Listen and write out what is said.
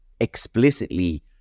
explicitly